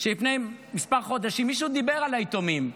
שלפני כמה חודשים מישהו דיבר על היתומים,